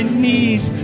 knees